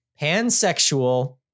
pansexual